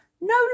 no